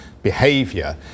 Behavior